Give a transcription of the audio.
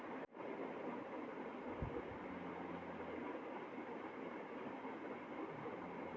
कर्जाचा फारम भरासाठी मले बँकेतून पुरी मायती भेटन का?